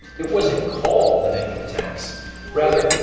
it wasn't called an income tax rather.